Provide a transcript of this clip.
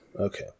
okay